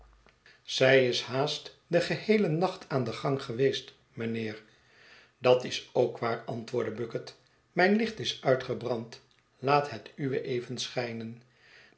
zij is haast den geheelen nacht aan den gang geweest mijnheer dat is ook waar antwoordde bucket mijn licht is uitgebrand laat het uwe even schijnen